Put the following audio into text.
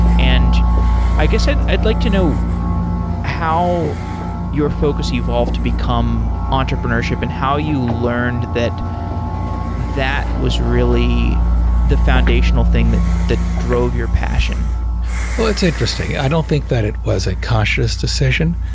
and i guess i'd i'd like to know how your focus evolved to become entrepreneurship and how you learned that that was really the foundational thing that that drove your passion well, it's interesting. i don't think that it was a cautious decision.